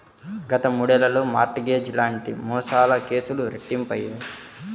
గత మూడేళ్లలో mortgage లాంటి మోసాల కేసులు రెట్టింపయ్యాయి